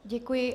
Děkuji.